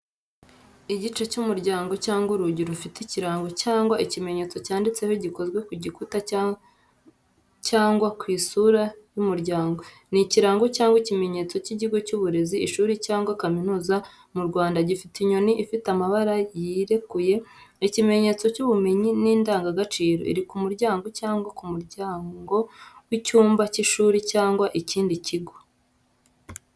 Igice cy’umuryango cyangwa urugi rufite ikirango cyangwa ikimenyetso cyanditseho gikozwe ku gikuta cyangwa ku isura y’umuryango. Ni ikirango cyangwa ikimenyetso cy’ikigo cy’uburezi ishuri cyangwa kaminuza mu Rwanda, gifite inyoni ifite amababa yirekuye, ikimenyetso cy’ubumenyi n’indangagaciro. Iri ku muryango cyangwa ku muryango w’icyumba cy’ishuri cyangwa ikindi kigo.